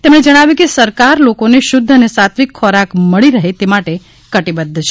તેમણે જણાવ્યું કે સરકાર લોકોને શુધ્ધ અને સાત્વિક ખોરાક મળી રહે માટે કટિબધ્ધ છે